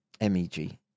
MEG